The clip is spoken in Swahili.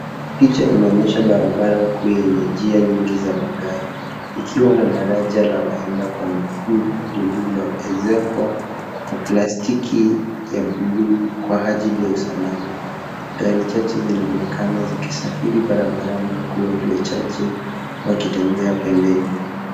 Picha inaonyesha barabara kuu yenye njia nyingi za magari ikiwa na daraja la waenda kwa miguu lililoezekwa kwa plastiki ya buluu kwa ajili ya usalama. Gari chache zinaonekana zikisafiri barabarani huku watu wachache wakitembea pembeni.